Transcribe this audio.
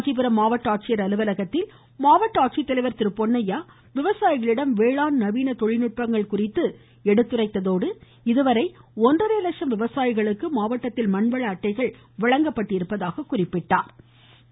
காஞ்சிபுரம் மாவட்ட ஆட்சியர் அலுவலகத்தில் மாவட்ட ஆட்சித்தலைவர் திரு பொன்னையா விவசாயிகளிடம் வேளாண் நவீன தொழில் நுட்பங்கள் குறித்து எடுத்துரைத்ததோடு இதுவரை ஒன்றரை லட்சம் விவசாயிகளுக்கு மண்வள அட்டைகள் வழங்கப்பட்டுள்ளதாக தெரிவித்தார்